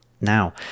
now